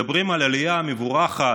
מדברים על העלייה המבורכת,